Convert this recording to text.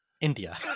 India